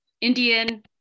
Indian